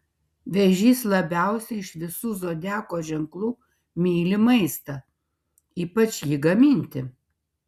vėžys labiausiai iš visų zodiako ženklų myli maistą ypač jį gaminti